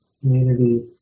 community